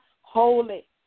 holy